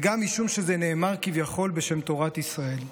וגם משום שזה נאמר כביכול בשם תורת ישראל.